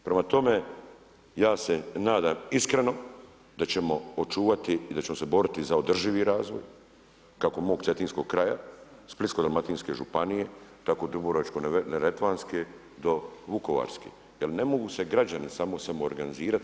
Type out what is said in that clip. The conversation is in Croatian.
Prema tome, ja se nadam iskreno, da ćemo očuvati i da ćemo se boriti za održivi razvoj kako mog cetinskog kraja, Splitsko-dalmatinske županije, tako Dubrovačko-neretvanske do vukovarske, jer ne mogu se građani samoorganizirati.